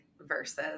versus